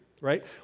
right